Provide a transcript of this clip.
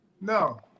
No